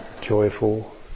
joyful